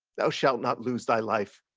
thou shalt not lose thy life,